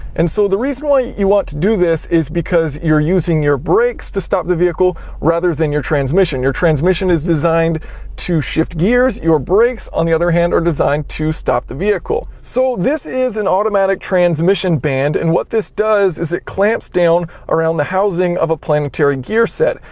and so the reason why you want to do this is because, you're using your brakes to stop the vehicle rather than your transmission. your transmission is designed to shift gears, your brakes on the other hand are designed to stop the vehicle. so this is an automatic transmission band, and what this does is is it clamps down around the housing of a planetary gear set.